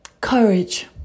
courage